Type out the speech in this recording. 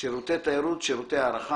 "שירותי תיירות" שירותי הארחה,